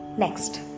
Next